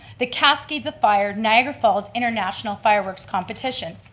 the cascades of fire niagara falls international fireworks competition.